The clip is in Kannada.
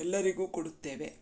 ಎಲ್ಲರಿಗೂ ಕೊಡುತ್ತೇವೆ